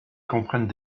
comprennent